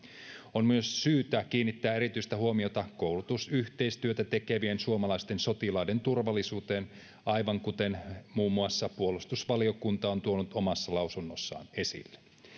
on myös syytä kiinnittää erityistä huomiota koulutusyhteistyötä tekevien suomalaisten sotilaiden turvallisuuteen aivan kuten muun muassa puolustusvaliokunta on tuonut omassa lausunnossaan esille